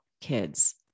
kids